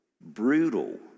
brutal